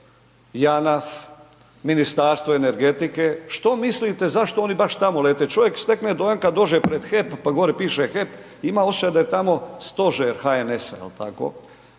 JANAF, Ministarstvo energetike, što mislite zašto oni baš tamo lete? Čovjek stekne dojam kad dođe pred HEP, pa gore piše HEP, ima osjećaj da je tamo stožer HNS-a jel tako?